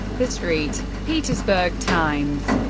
the st. petersburg times,